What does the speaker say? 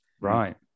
Right